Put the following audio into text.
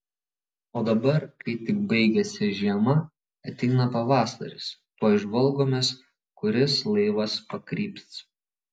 o dabar kai tik baigiasi žiema ateina pavasaris tuoj žvalgomės kuris laivas pakryps